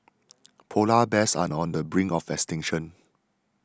Polar Bears are on the brink of extinction